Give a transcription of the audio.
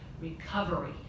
recovery